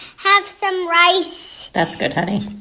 have some rice that's good, honey